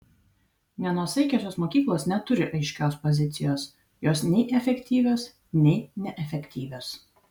nenuosaikiosios mokyklos neturi aiškios pozicijos jos nei efektyvios nei neefektyvios